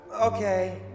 Okay